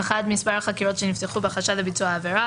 (1)מספר החקירות שנפתחו בחשד לביצוע עבירה,